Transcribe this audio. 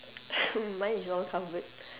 mine is all covered